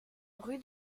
rue